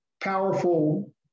powerful